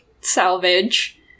salvage